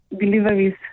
deliveries